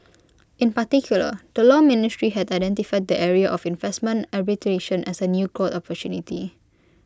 in particular the law ministry has identified the area of investment arbitration as A new growth opportunity